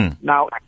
Now